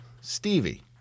Stevie